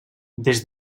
des